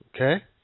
Okay